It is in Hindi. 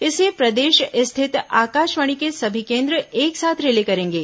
इसे प्रदेश स्थित आकाशवाणी के सभी केंद्र एक साथ रिले करेंगे